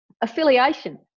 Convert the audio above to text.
affiliation